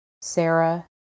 Sarah